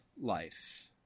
life